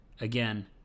again